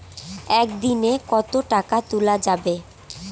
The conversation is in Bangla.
একদিন এ কতো টাকা তুলা যাবে?